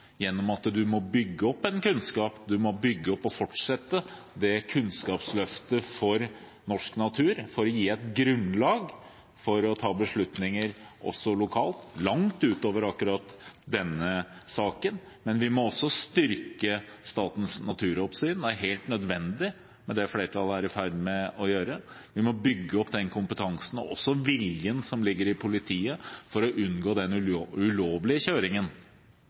gjennom at man må bygge opp kunnskap, man må bygge opp og fortsette kunnskapsløftet for norsk natur for å gi et grunnlag for å ta beslutninger også lokalt, langt utover akkurat denne saken. Men vi må også styrke Statens naturoppsyn, det er helt nødvendig med det flertallet er i ferd med å gjøre. Vi må bygge opp den kompetansen og også viljen som ligger i politiet for å unngå den ulovlige kjøringen